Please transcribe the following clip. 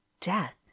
death